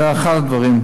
זה אחד הדברים.